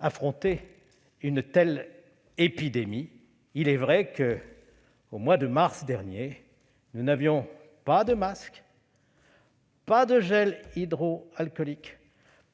affronter une telle épidémie. Il est vrai que, au mois de mars dernier, nous n'avions pas de masques, pas de gel hydroalcoolique,